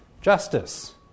justice